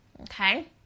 Okay